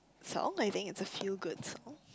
song I think it's a few good song